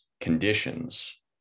conditions